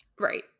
Right